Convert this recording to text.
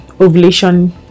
ovulation